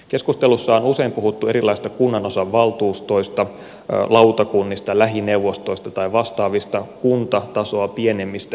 keskustelussa on usein puhuttu erilaisista kunnanosavaltuustoista lautakunnista lähineuvostoista tai vastaavista kuntatasoa pienemmistä yksiköistä